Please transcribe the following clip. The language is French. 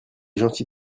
gentil